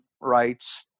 rights